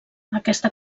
aquesta